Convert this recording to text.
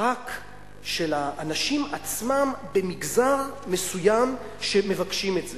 רק של האנשים עצמם במגזר מסוים שמבקשים את זה,